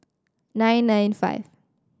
nine nine five